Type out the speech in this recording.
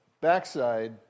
backside